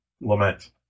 lament